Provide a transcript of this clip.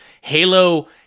Halo